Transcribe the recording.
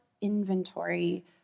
inventory